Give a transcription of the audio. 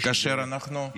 כאשר אנחנו,